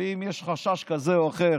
ואם יש חשש כזה או אחר